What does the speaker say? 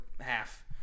half